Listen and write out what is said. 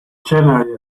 generally